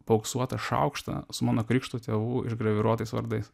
paauksuotą šaukštą su mano krikšto tėvų išgraviruotais vardais